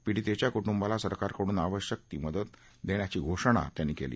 पीडितेच्या कुटुंबाला सरकरकडून आवश्यक मदतीची घोषणा त्यांनी केली